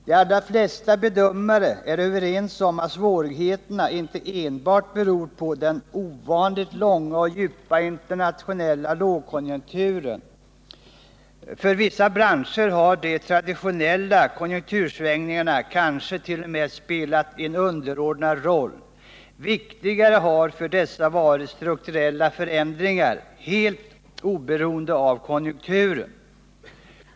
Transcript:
De allra flesta bedömare är överens om att svårigheterna inte enbart beror på den ovanligt långa och djupa internationella lågkonjunkturen. För vissa branscher har kanske de traditionella konjunktursvängningarna t.o.m. spelat en underordnad roll. Viktigare har för dessa varit strukturella förändringar, helt oberoende av konjunkturen.